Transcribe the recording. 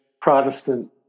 Protestant